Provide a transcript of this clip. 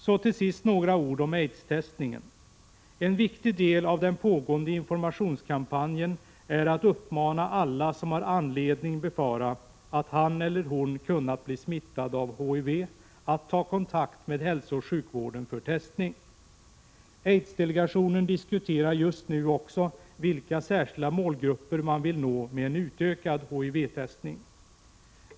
Så till sist några ord om aidstestningen. En viktig del av den pågående informationskampanjen är att uppmana alla som har anledning befara att han eller hon kunnat bli smittad av HIV att ta kontakt med hälsooch sjukvården för testning. Aidsdelegationen diskuterar just nu också vilka särskilda målgrupper man vill nå med en utökad HIV-testning.